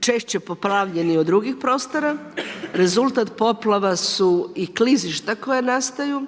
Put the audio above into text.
češće poplavljeni od drugih prostora, rezultat poplava su i klizišta koja nastaju,